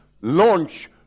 launch